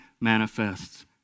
manifests